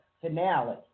finale